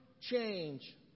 change